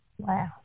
Wow